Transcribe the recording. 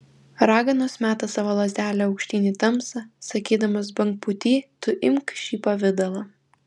raganos meta savo lazdelę aukštyn į tamsą sakydamos bangpūty tu imk šį pavidalą